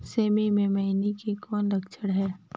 सेमी मे मईनी के कौन लक्षण हे?